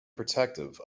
protective